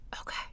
Okay